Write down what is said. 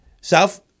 South